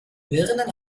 birnen